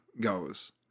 goes